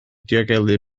diogelu